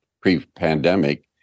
pre-pandemic